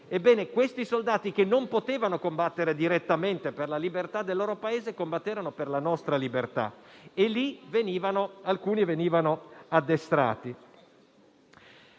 Nazione, per cui, non potendo combattere direttamente per la libertà del loro Paese, combatterono per la nostra libertà e lì alcuni vennero addestrati.